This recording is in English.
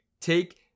Take